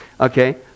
Okay